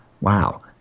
Wow